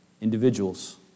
individuals